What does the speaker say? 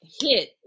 hit